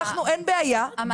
אין בעיה -- נכון מיכל,